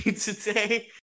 Today